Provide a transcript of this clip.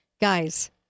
Guys